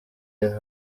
live